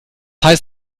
heißt